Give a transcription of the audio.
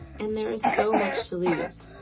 and there is so much to lose.